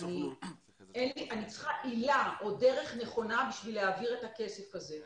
אני צריכה עילה או דרך נכונה בשביל להעביר את הכסף הזה.